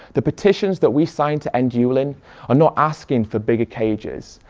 the petitions that we sign to end yulin are not asking for bigger cages.